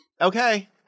Okay